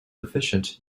efficient